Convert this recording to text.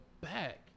back